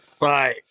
Bye